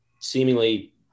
seemingly